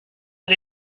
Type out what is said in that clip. but